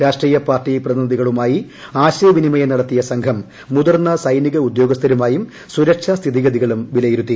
രാഷ്ട്രീയ പാർട്ടി പ്രതിനിധികളുമായി ആശയവിനിമയം നടത്തിയ സംഘം മുതിർന്ന സൈനിക ഉദ്യോഗസ്ഥരുമായി സുരക്ഷാ സ്ഥിതിഗതികളും വിലയിരുത്തി